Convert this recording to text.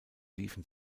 liefen